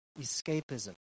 escapism